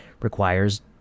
Requires